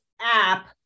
app